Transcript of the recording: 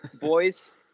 boys